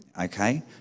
okay